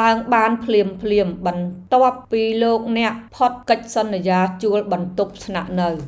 ឡើងបានភ្លាមៗបន្ទាប់ពីលោកអ្នកផុតកិច្ចសន្យាជួលបន្ទប់ស្នាក់នៅ។